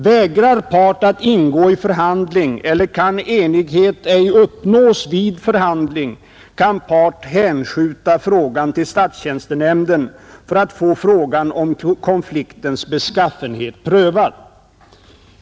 Vägrar part att ingå i förhandling eller kan enighet ej uppnås vid förhandling, kan part hänskjuta frågan till statstjänstenämnden för att få frågan om konfliktens beskaffenhet prövad.